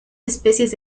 especies